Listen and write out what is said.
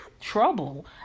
trouble